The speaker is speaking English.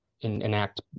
enact